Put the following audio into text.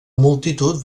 multitud